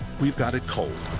we've got it cold.